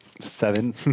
seven